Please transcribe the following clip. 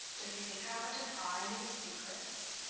does he think i want to pry into his secrets?